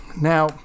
Now